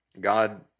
God